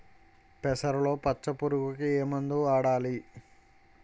పెసరలో పచ్చ పురుగుకి ఏ మందు వాడాలి?